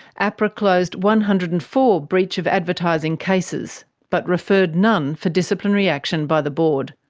ahpra closed one hundred and four breach of advertising cases, but referred none for disciplinary action by the board.